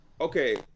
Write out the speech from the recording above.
Okay